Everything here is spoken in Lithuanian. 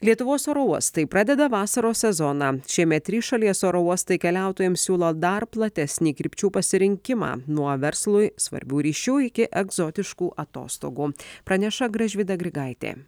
lietuvos oro uostai pradeda vasaros sezoną šiemet trys šalies oro uostai keliautojams siūlo dar platesnį krypčių pasirinkimą nuo verslui svarbių ryšių iki egzotiškų atostogų praneša gražvyda grigaitė